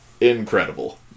incredible